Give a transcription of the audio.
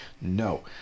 No